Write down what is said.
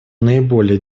наиболее